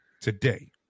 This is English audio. today